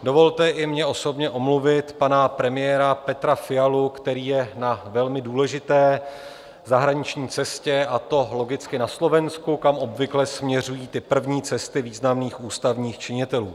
Dovolte i mně osobně omluvit pana premiéra Petra Fialu, který je na velmi důležité zahraniční cestě, a to logicky na Slovensku, kam obvykle směřují první cesty významných ústavních činitelů.